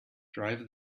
drive